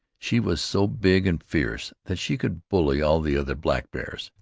she was so big and fierce that she could bully all the other blackbears,